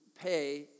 pay